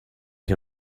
can